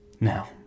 Now